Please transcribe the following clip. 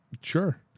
Sure